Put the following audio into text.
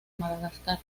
madagascar